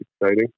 exciting